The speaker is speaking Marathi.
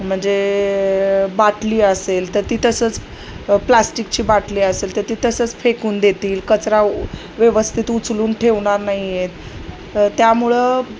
म्हणजे बाटली असेल तर ती तसंच प्लास्टिकची बाटली असेल तर ती तसंच फेकून देतील कचरा व्यवस्थित उचलून ठेवणार नाहीयेत त्यामुळं